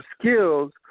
skills